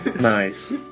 Nice